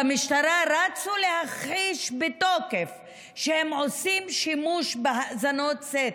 במשטרה רצו להכחיש בתוקף שהם עושים שימוש בהאזנות סתר,